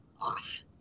off